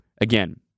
Again